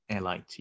LIT